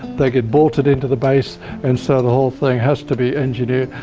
they get bolted into the base and so the whole thing has to be engineered.